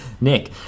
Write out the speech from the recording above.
Nick